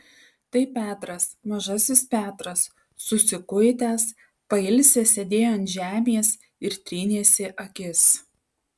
tai petras mažasis petras susikuitęs pailsęs sėdėjo ant žemės ir trynėsi akis